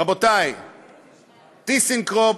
רבותי, "טיסנקרופ"